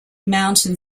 mountain